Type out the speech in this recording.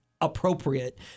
appropriate